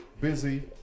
Busy